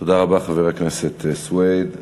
תודה רבה, חבר הכנסת סוייד.